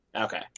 Okay